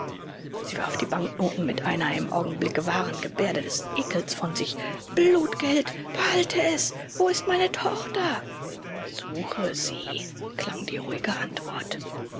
sie warf die banknoten mit einer im augenblick wahren gebärde des ekels von sich blutgeld behalte es wo ist meine tochter suche sie klang die ruhige antwort